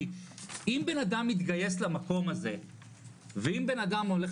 כי אם בנרדם מתגייס למקום הזה ואם בנאדם הולך